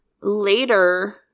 later